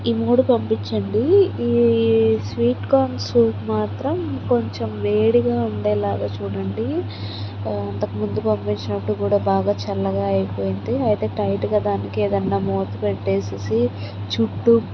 ఈ మూడు పంపించండి ఈ స్వీట్ కార్న్ సూప్ మాత్రం కొంచెం వేడిగా ఉండేలాగా చూడండి అంతకుముందు పంపించినప్పుడు కూడా బాగా చల్లగా అయిపోయింది అయితే టైట్గా దానికి ఏదన్నా మూత పెట్టేసేసి చుట్టూ